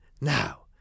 Now